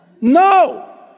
No